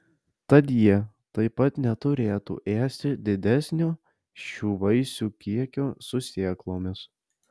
tad jie taip pat neturėtų ėsti didesnio šių vaisių kiekio su sėklomis